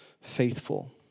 faithful